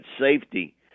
safety